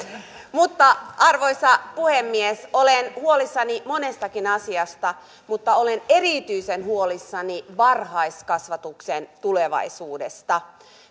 arvoisa puhemies olen huolissani monestakin asiasta mutta olen erityisen huolissani varhaiskasvatuksen tulevaisuudesta